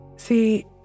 See